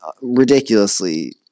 ridiculously